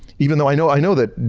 even though i know i know that,